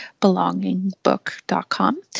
belongingbook.com